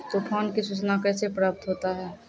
तुफान की सुचना कैसे प्राप्त होता हैं?